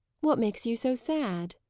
what makes you so sad?